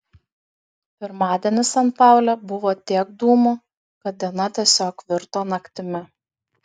pirmadienį san paule buvo tiek dūmų kad diena tiesiog virto naktimi